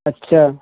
अच्छा